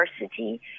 diversity